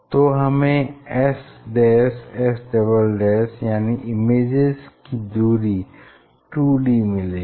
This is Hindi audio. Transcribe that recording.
तो हमें SS यानि इमेजेज की दूरी 2d मिलेगी